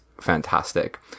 fantastic